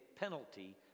penalty